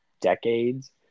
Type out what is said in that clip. decades